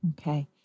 Okay